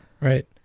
Right